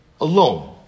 alone